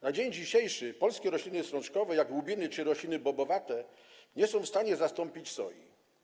Na dzień dzisiejszy polskie rośliny strączkowe, jak łubiny czy rośliny bobowate, nie są w stanie zastąpić soi.